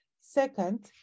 Second